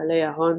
בעלי ההון.